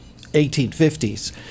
1850s